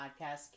podcast